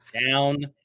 down